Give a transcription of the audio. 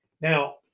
Now